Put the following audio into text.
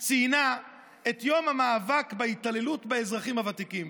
ציינה את יום המאבק בהתעללות באזרחים הוותיקים.